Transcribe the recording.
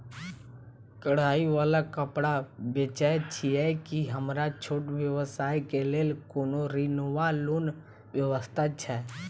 कढ़ाई वला कापड़ बेचै छीयै की हमरा छोट व्यवसाय केँ लेल कोनो ऋण वा लोन व्यवस्था छै?